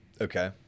Okay